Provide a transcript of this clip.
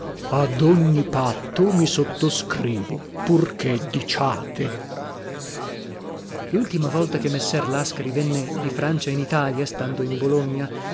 ad ogni patto mi sottoscrivo pur che diciate scol lultima volta che messer lascari venne di francia in italia stando in bologna